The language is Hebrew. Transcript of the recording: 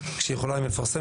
המשטרה כשהיא יכולה היא מפרסמת,